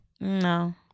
no